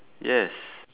yes